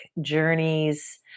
journeys